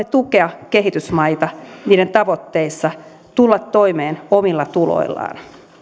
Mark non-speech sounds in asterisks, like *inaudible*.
*unintelligible* tukea kehitysmaita niiden tavoitteessa tulla toimeen omilla tuloillaan